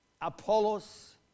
Apollos